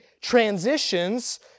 transitions